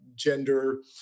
Gender